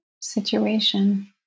situation